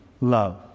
love